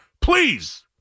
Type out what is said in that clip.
please